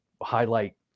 highlight